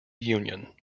union